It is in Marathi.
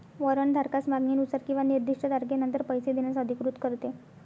वॉरंट धारकास मागणीनुसार किंवा निर्दिष्ट तारखेनंतर पैसे देण्यास अधिकृत करते